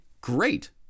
great